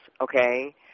Okay